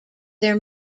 their